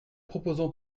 proposons